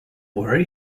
worry